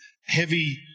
heavy